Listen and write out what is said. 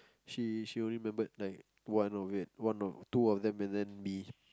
she she only remembered like one of it one of two of them and then me